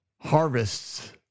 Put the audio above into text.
harvests